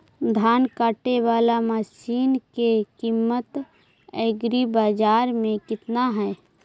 धान काटे बाला मशिन के किमत एग्रीबाजार मे कितना है?